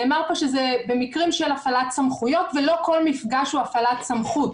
נאמר שזה במקרים של הפעלת סמכויות ולא כל מפגש הוא הפעלת סמכות.